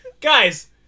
Guys